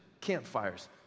Campfires